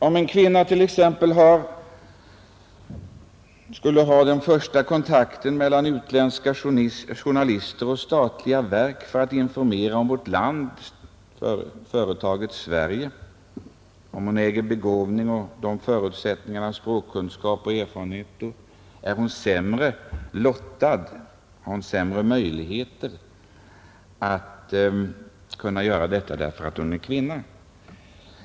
Om en kvinna skulle ha den första kontakten mellan utländska journalister och statliga verk för att informera om vårt land, om företaget Sverige — vi förutsätter att hon äger begåvning, har språkkunskaper och erfarenheter — är hennes möjligheter att fullfölja uppgiften då sämre enbart därför att hon är kvinna?